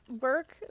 work